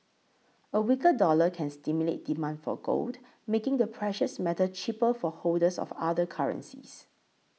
a weaker dollar can stimulate demand for gold making the precious metal cheaper for holders of other currencies